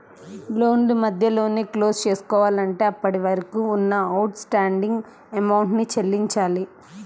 లోను మధ్యలోనే క్లోజ్ చేసుకోవాలంటే అప్పటివరకు ఉన్న అవుట్ స్టాండింగ్ అమౌంట్ ని చెల్లించాలి